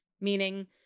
meaning